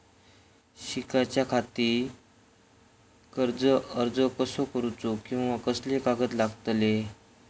शिकाच्याखाती कर्ज अर्ज कसो करुचो कीवा कसले कागद लागतले?